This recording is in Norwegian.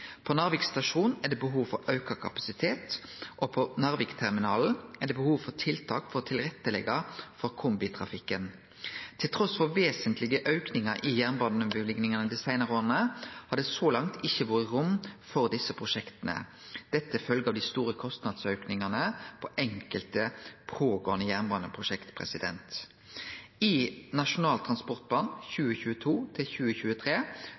stasjon er det behov for auka kapasitet, og på Narvikterminalen er det behov for tiltak for å leggje til rette for kombitrafikken. Trass i vesentlege aukingar i jernbaneløyvingane dei seinare åra har det så langt ikkje vore rom for desse prosjekta. Dette følgjer av dei store kostnadsaukane på enkelte pågåande jernbaneprosjekt. I Nasjonal transportplan